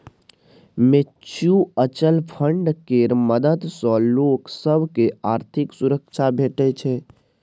mutual fund केर मदद सँ लोक सब केँ आर्थिक सुरक्षा भेटै छै